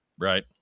Right